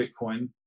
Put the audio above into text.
bitcoin